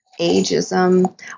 ageism